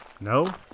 No